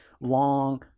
long